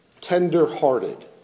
tender-hearted